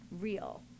real